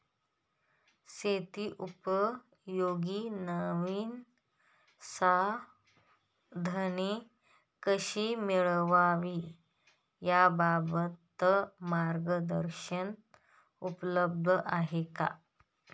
शेतीउपयोगी नवीन साधने कशी मिळवावी याबाबत मार्गदर्शन उपलब्ध आहे का?